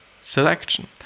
selection